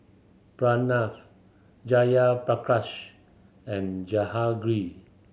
Pranav Jayaprakash and Jehangirr